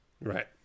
Right